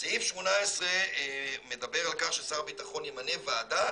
סעיף 18 מדבר על כך ששר הביטחון ימנה ועדה